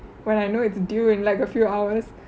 when I know it's due in like a few hours